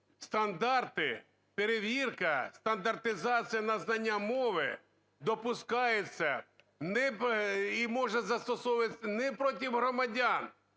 стандарти, перевірка, стандартизація на знання мови допускається і може застосовуватися не проти громадян,